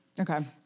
Okay